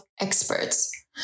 experts